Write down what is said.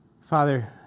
Father